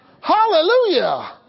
Hallelujah